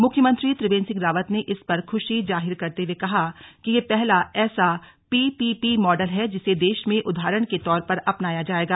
मुख्यमंत्री त्रिवेन्द्र सिंह रावत ने इस पर खुशी जाहिर करते हुए कहा कि यह पहला ऐसा पीपीपी मॉडल है जिसे देश में उदाहरण के तौर पर अपनाया जाएगा